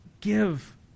give